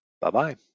Bye-bye